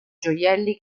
gioielli